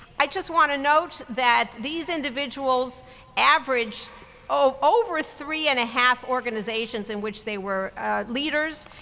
i just want to note that these individuals averaged over three and a half organizations in which they were leaders.